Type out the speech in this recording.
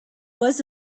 was